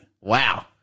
Wow